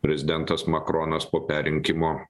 prezidentas makronas po perrinkimo